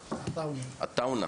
עטאונה.